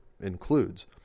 includes